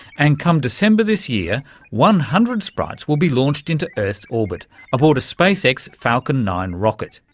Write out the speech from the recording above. and come december this year one hundred sprites will be launched into earth's orbit aboard a spacex falcon nine rocket.